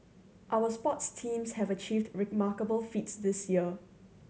our sports teams have achieved remarkable feats this year